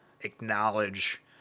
acknowledge